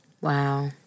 Wow